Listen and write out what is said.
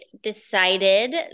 decided